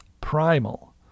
primal